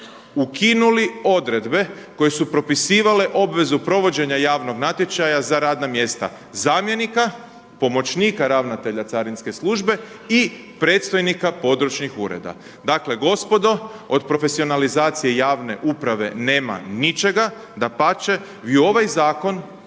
ukinuli odredbe koje su propisivale obvezu provođenja javnog natječaja za radna mjesta zamjenika, pomoćnika ravnatelja carinske službe i predstojnika područnih ureda. Dakle, gospodo, od profesionalizacije javne uprave nema ničega, dapače, vi u ovaj zakon